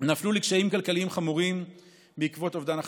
נפלו לקשיים כלכליים חמורים בעקבות אובדן הכנסות.